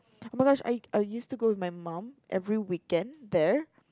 oh-my-gosh I I used to go with my mom every weekend there